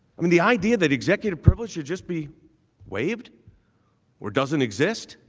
i mean the idea that executive privilege should just be waived or doesn't exist